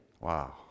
Wow